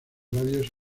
radios